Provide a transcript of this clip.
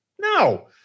No